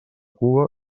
cua